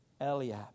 Eliab